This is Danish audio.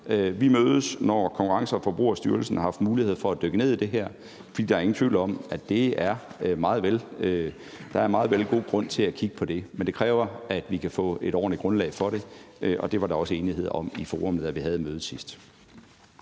Vi mødes, når Konkurrence- og Forbrugerstyrelsen har haft mulighed for at dykke ned i det her, for der er ingen tvivl om, at der meget vel kan være god grund til at kigge på det. Men det kræver, at vi kan få et ordentligt grundlag for det, og det var der også enighed om i forummet, da vi havde møde sidst.